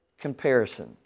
comparison